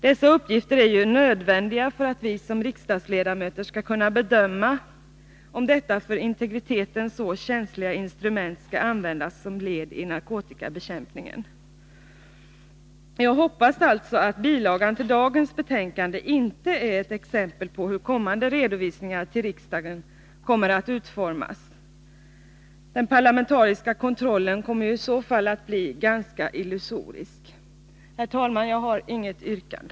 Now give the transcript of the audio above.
Sådana uppgifter är ju nödvändiga för att vi som riksdagsledamöter skall kunna bedöma om detta för integriteten så känsliga instrument skall användas som led i narkotikabekämpningen. Jag hoppas alltså att bilagan till dagens betänkande inte är ett exempel på hur kommande redovisningar till riksdagen kommer att utformas. Den parlamentariska kontrollen blir ju i så fall ganska illusorisk. Herr talman! Jag har inget yrkande.